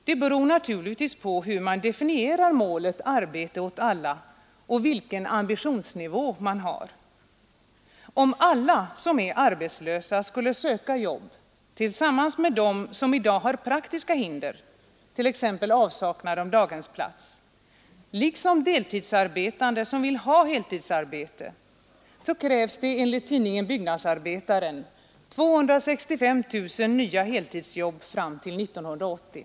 Det beror naturligtvis på hur man definierar målet ”arbete åt alla” och vilken ambitionsnivå man har. Om alla som är arbetslösa skulle söka jobb tillsammans med dem som i dag har praktiska hinder, t.ex. avsaknad av daghemsplats, liksom deltidsarbetande som vill ha heltidsarbete, krävs det enligt tidningen Byggnadsarbetaren 265 000 nya heltidsjobb fram till 1980.